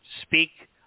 speak